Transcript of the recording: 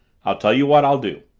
i'll tell you what i'll do.